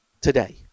today